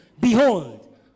Behold